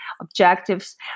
objectives